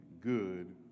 good